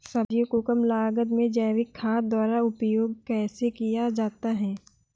सब्जियों को कम लागत में जैविक खाद द्वारा उपयोग कैसे किया जाता है?